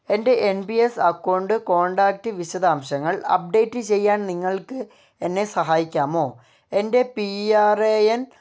എൻ്റെ N P S account contact വിശദാംശങ്ങൾ update ചെയ്യാൻ നിങ്ങൾക്ക് എന്നെ സഹായിക്കാമോ എൻ്റെ പി ആർ എ എൻ